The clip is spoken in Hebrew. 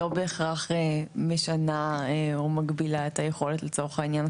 לא בהכרח משנה או מגבילה את היכולת לצורך העניין,